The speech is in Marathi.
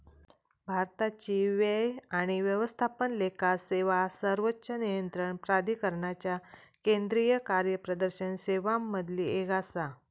भारताची व्यय आणि व्यवस्थापन लेखा सेवा सर्वोच्च नियंत्रण प्राधिकरणाच्या केंद्रीय कार्यप्रदर्शन सेवांमधली एक आसा